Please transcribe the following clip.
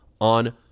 on